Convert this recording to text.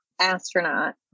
Astronaut